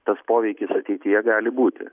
tas poveikis ateityje gali būti